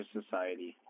society